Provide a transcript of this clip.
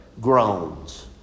groans